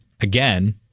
again